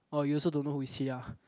oh you also don't know who is he ah